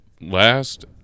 last